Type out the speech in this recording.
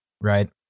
right